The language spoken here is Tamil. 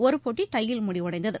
ஒருபோட்டை யில் முடிவடைந்தது